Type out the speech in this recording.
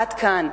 עד כאן,